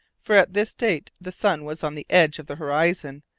for at this date the sun was on the edge of the horizon,